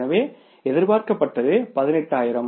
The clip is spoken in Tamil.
எனவே எதிர்பார்க்கப்பட்டது 180000